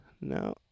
no